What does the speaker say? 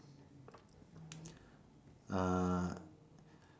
uh